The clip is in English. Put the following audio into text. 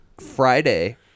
friday